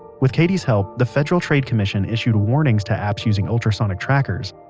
with katie's help, the federal trade commission issued warnings to apps using ultrasonic trackers.